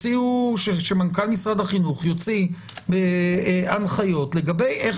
שמנכ"ל משרד החינוך יוציא הנחיות לגבי איך